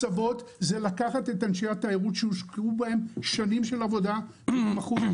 הסבות זה לקחת את אנשי התיירות שהושקעו בהם שנים של עבודה והתמחות,